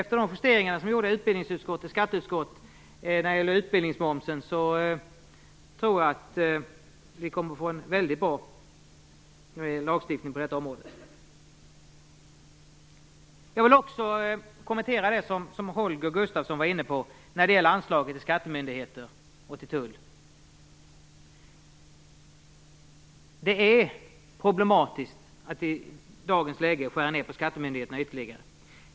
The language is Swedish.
Efter de justeringar som är gjorda i utbildningsutskottet och skatteutskottet när det gäller utbildningsmomsen tror jag att vi kommer att få en väldigt bra lagstiftning på detta område. Jag vill också kommentera det som Holger Gustafsson sade om anslaget till skattemyndigheter och tull. Det är problematiskt att i dagens läge skära ned på skattemyndigheterna ytterligare.